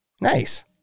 Nice